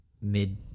mid